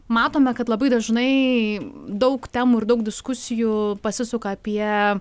matome kad labai dažnai daug temų ir daug diskusijų pasisuka apie